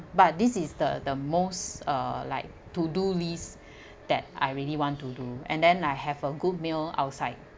but this is the the most uh like to do lists that I really want to do and then I have a good meal outside